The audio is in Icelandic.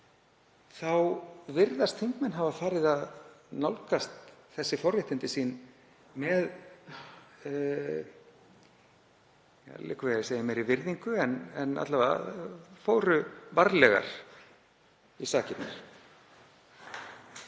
virðast þingmenn hafa farið að nálgast þessi forréttindi sín með, það liggur við að ég segi meiri virðingu en alla vega fóru þeir varlegar í sakirnar.